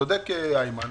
צודק היימן,